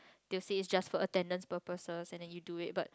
they will say it's just for attendance purposes and then you do it but